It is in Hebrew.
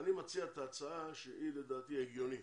אני מציע את ההצעה שהיא לדעתי הגיונית.